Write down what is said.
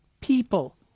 people